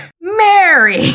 Mary